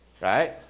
Right